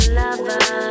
lover